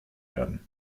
werden